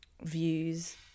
views